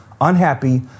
unhappy